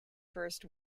first